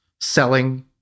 selling